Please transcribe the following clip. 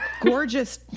gorgeous